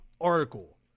article